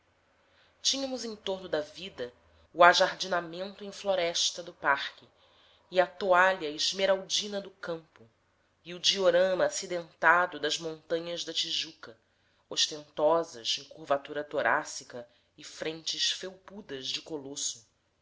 tínhamos em torno da vida o ajardinamento em floresta do parque e a toalha esmeraldina do campo e o diorama acidentado das montanhas da tijuca ostentosas em curvatura torácica e frentes felpudas de colosso